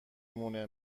مونه